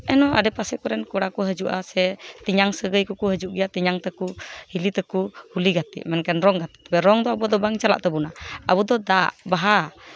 ᱮᱱᱦᱚᱸ ᱟᱲᱮᱯᱟᱥᱮ ᱠᱚᱨᱮᱱ ᱠᱚᱲᱟ ᱠᱚ ᱦᱤᱡᱩᱜᱼᱟ ᱥᱮ ᱛᱮᱧᱟᱝ ᱥᱟᱹᱜᱟᱹᱭ ᱠᱚᱠᱚ ᱦᱤᱡᱩᱜ ᱜᱮᱭᱟ ᱛᱮᱧᱟᱝ ᱛᱟᱠᱚ ᱦᱤᱞᱤ ᱛᱟᱠᱚ ᱦᱩᱞᱤ ᱜᱟᱛᱮᱜ ᱢᱮᱱᱠᱷᱟᱱ ᱨᱚᱝ ᱜᱟᱛᱮᱜ ᱛᱚᱵᱮ ᱨᱚᱝ ᱫᱚ ᱟᱵᱚ ᱫᱚ ᱵᱟᱝ ᱪᱟᱞᱟᱜ ᱛᱟᱵᱚᱱᱟ ᱟᱵᱚᱫᱚ ᱫᱟᱜ ᱵᱟᱦᱟ